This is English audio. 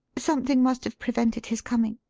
something must have prevented his coming.